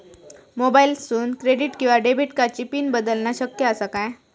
मोबाईलातसून क्रेडिट किवा डेबिट कार्डची पिन बदलना शक्य आसा काय?